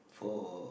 for